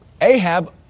Ahab